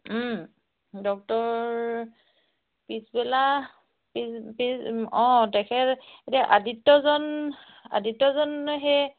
doctor পিছবেলা পিছ পিছ অঁ তেখেত এতিয়া আদিত্যৰজন আদিত্যৰজন সেই